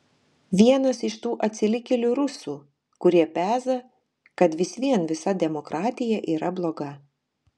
vienas iš tų atsilikėlių rusų kurie peza kad vis vien visa demokratija yra bloga